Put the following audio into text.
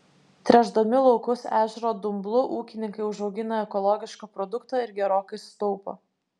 tręšdami laukus ežero dumblu ūkininkai užaugina ekologišką produktą ir gerokai sutaupo